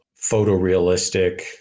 photorealistic